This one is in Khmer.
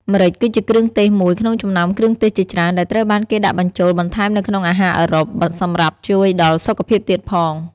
ម្រេច គឺជាគ្រឿងទេសមួយ ក្នុងចំណោមគ្រឿងទេសជាច្រើន ដែលត្រូវគេបានដាក់បញ្ចូល បន្ថែមនៅក្នុងអាហារអឺរ៉ុប សម្រាប់ជួយដល់សុខភាពទៀតផង។